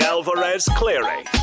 Alvarez-Cleary